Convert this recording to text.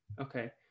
okay